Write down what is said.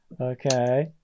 Okay